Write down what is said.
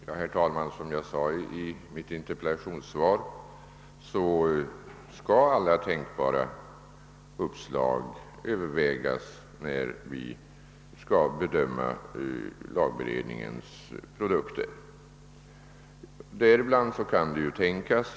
Herr talman! Som jag sade i mitt interpellationssvar skall alla tänkbara uppslag övervägas när vi skall bedöma lagberedningens produkter. Däribland kan det tänkas någon fondbildning.